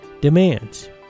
demands